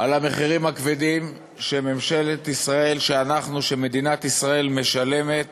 בשל המחירים הכבדים שאנחנו, שמדינת ישראל משלמת